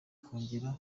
kongera